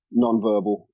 nonverbal